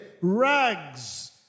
rags